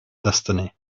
destiny